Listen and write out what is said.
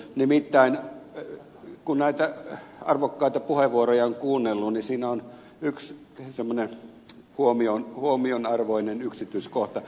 nimittäin kun näitä arvokkaita puheenvuoroja on kuunnellut niin siinä on yksi semmoinen huomionarvoinen yksityiskohta